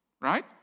right